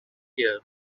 here